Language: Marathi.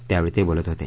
त्यावेळी ते बोलत होते